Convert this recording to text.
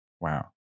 Wow